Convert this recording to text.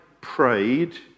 prayed